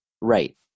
Right